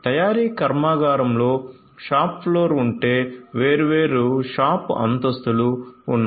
తయారీ కర్మాగారంలో shop floor ఉంటే వేర్వేరు షాప్ అంతస్తులు ఉన్నాయి